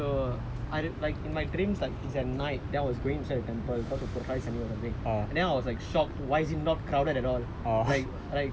uh no queue இருந்துச்சு வெளிலே:irunthichu velilae ya so I like in my dreams like it's at night then I was going inside the temple because of protons or something